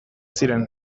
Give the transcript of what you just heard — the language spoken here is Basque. ziren